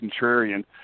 contrarian